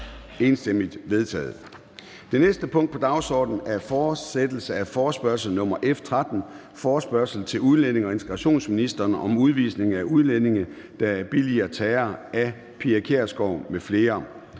enstemmigt vedtaget. --- Det næste punkt på dagsordenen er: 3) Fortsættelse af forespørgsel nr. F 13 [afstemning]: Forespørgsel til udlændinge- og integrationsministeren om udvisning af udlændinge, der billiger terror. Af Pia Kjærsgaard (DF) m.fl.